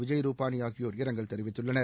விஜய் ரூபாணி ஆகியோர் இரங்கல் தெரிவித்துள்ளனர்